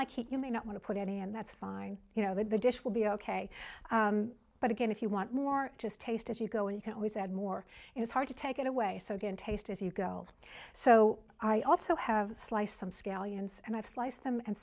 like it you may not want to put any and that's fine you know that the dish will be ok but again if you want more just taste as you go in you can always add more and it's hard to take it away so good taste as you go so i also have sliced some scallions and i've sliced them and